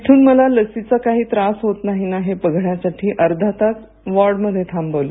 तिथुन मला लासईचा काही त्रास होत नाही ना हे बघण्या साठी अर्धा तास वॉर्ड मध्ये थांबवल